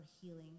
healing